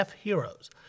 Heroes